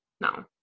No